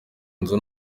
inzu